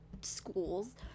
schools